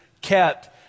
kept